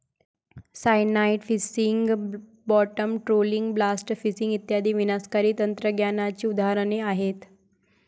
cyanide fishing, bottom trolling, blast fishing इत्यादी विनाशकारी तंत्रज्ञानाची उदाहरणे आहेत